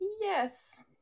yes